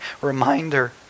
reminder